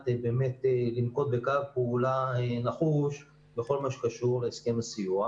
לנקוט בקו פעולה נחוש בכל מה שקשור להסכם הסיוע,